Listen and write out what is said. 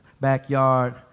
backyard